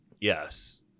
Yes